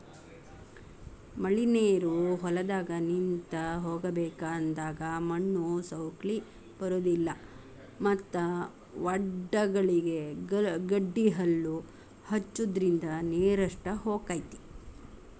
ಮಳಿನೇರು ಹೊಲದಾಗ ನಿಂತ ಹೋಗಬೇಕ ಅಂದಾಗ ಮಣ್ಣು ಸೌಕ್ಳಿ ಬರುದಿಲ್ಲಾ ಮತ್ತ ವಡ್ಡಗಳಿಗೆ ಗಡ್ಡಿಹಲ್ಲು ಹಚ್ಚುದ್ರಿಂದ ನೇರಷ್ಟ ಹೊಕೈತಿ